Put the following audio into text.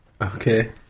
Okay